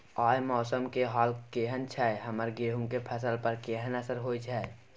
आय मौसम के हाल केहन छै हमर गेहूं के फसल पर केहन असर होय छै?